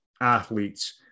athletes